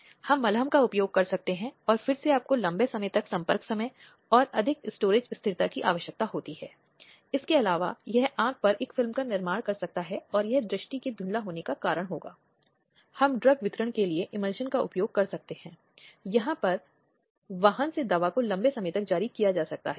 तो कोई अपने घर में चाहे वह शयनकक्ष में हो या बाथरूम में अपनी निजी गतिविधियों में शामिल हो और अगर इस तरह की महिला को देख लिया जाता है और फिर ऐसी छवि को ले लिया जाता है साथ ही साथ दुष्प्रचार आदि भी किया जाता है